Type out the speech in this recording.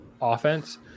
offense